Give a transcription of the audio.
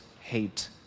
hate